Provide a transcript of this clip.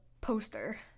poster